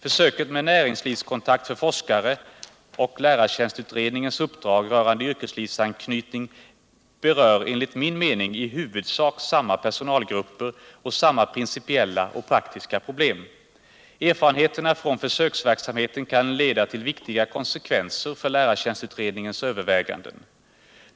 Försöket med näringslivskontakt för forskare och lärartjänstutredningens uppdrag rörande yrkeslivsanknytning berör enligt min mening i huvudsak samma personalgrupper och samma principiella och praktiska problem. Erfarenheterna från försöksverksamheten kan leda till viktiga konsekvenser för lärartjänstutredningens övervägande.